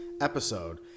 episode